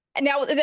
Now